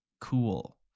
cool